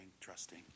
trusting